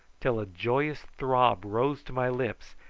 till a joyous throb rose to my lips,